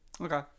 Okay